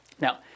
Now